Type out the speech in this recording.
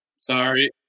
Sorry